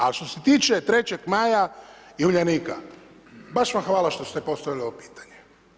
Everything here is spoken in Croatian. A što se tiče Trećeg Maja i Uljanika, baš vam hvala što ste postavili ovo pitanje.